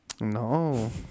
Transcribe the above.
No